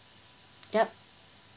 yup